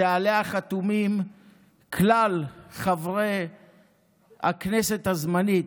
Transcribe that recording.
שעליה חתומים כלל חברי הכנסת הזמנית,